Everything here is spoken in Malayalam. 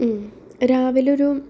രാവിലൊരു